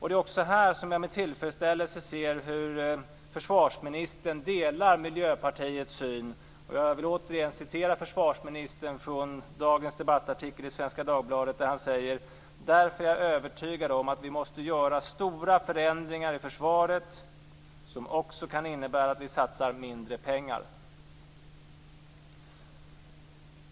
Det är också här som jag med tillfredsställelse ser hur försvarsministern delar Miljöpartiets syn, och jag vill återigen citera försvarsministern från dagens debattartikel i Svenska Dagbladet, där han säger: "Därför är jag övertygad om att vi måste göra stora förändringar i försvaret, som också kan innebära att vi satsar mindre pengar."